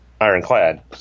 ironclad